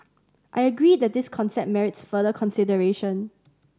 I agree that this concept merits further consideration